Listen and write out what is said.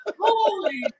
Holy